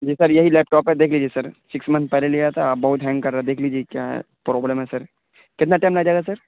جی sir یہی laptop ہے دیکھ لیجیے سر سکس منتھ پہلے لیا تھا اب بہت ہینگ کر رہا ہے دیکھ لیجیے کیا پروبلم ہے سر کتنا ٹائم لگ جائے گا سر